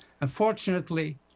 Unfortunately